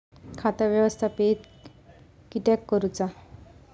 खाता व्यवस्थापित किद्यक करुचा?